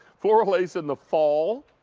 floral lace in the fall.